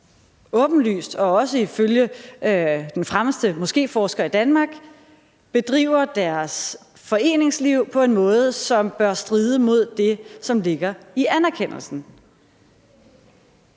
Danmark bedriver deres foreningsliv på en måde, som bør stride imod det, som ligger i anerkendelsen.